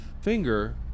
Finger